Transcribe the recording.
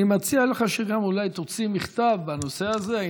אני מציע שאולי תוציא מכתב בנושא הזה,